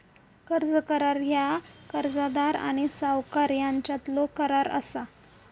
कर्ज करार ह्या कर्जदार आणि सावकार यांच्यातलो करार असा